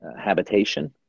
habitation